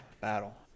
battle